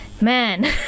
man